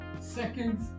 Seconds